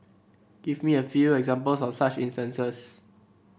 give me a few examples of such instance